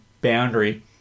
boundary